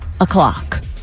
o'clock